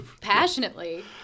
passionately